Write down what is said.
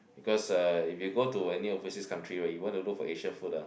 because uh if you go to any overseas country right you want to look for Asian food ah